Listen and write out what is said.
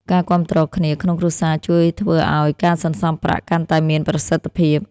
ការគាំទ្រគ្នាក្នុងគ្រួសារជួយធ្វើឱ្យការសន្សុំប្រាក់កាន់តែមានប្រសិទ្ធភាព។